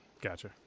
gotcha